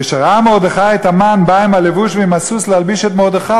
כשראה מרדכי את המן בא עם הלבוש ועם הסוס להלביש את מרדכי,